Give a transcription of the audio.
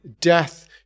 death